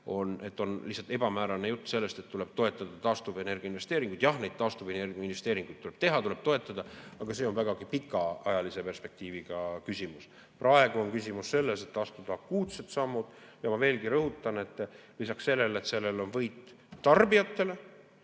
lihtsalt ebamäärane jutt sellest, et tuleb toetada taastuvenergiainvesteeringuid – jah, neid taastuvenergiainvesteeringuid tuleb teha, tuleb toetada, aga see on vägagi pikaajalise perspektiiviga küsimus. Praegu on küsimus selles, et astuda akuutsed sammud. Ma veelgi rõhutan, et lisaks sellele, et siin on võit tarbijatele,